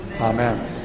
Amen